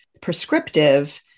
prescriptive